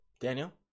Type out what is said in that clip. Daniel